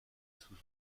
sous